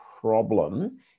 problem